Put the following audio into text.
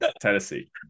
Tennessee